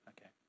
Okay